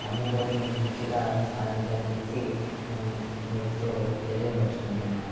అమ్ముకొని మంచిగా సాధించామనేసి మేము మీతో తెలియపరుచుకొంటున్నాను